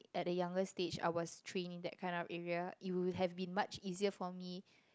at a younger stage I was train in that kind of area it would have been much easier for me